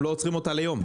הם לא עוצרים אותה ליום.